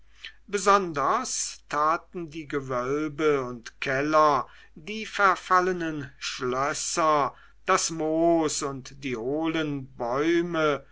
besonders taten die gewölbe und keller die verfallenen schlösser das moos und die hohlen bäume